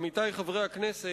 עמיתי חברי הכנסת,